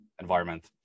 environment